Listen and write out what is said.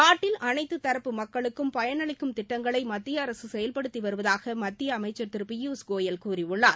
நாட்டில் அனைத்துத் தரப்பு மக்களுக்கும் பயனளிக்கும் திட்டங்களை மத்திய அரசு செயல்படுத்தி வருவதாக மத்திய அமைச்சர் திரு பியூஷ் கோயல் கூறியுள்ளார்